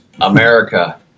America